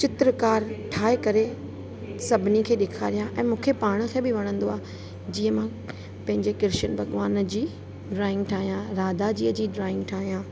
चित्रकार ठाहे करे सभिनी खे ॾेखारियां ऐं मूंखे पाण खे बि वणंदो आहे जीअं मां पंहिंजे कृष्न भॻवान जी ड्रॉइंग ठाहियां राधा जीअं जी ड्रॉइंग ठाहियां